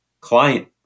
client